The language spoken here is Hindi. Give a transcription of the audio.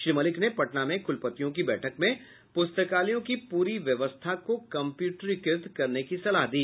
श्री मलिक ने पटना में कुलपतियों की बैठक में पुस्तकालयों की पूरी व्यवस्था को कम्प्यूटरीकृत करने की सलाह दी